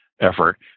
effort